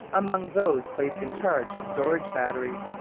among those placed in charge of storage batteries,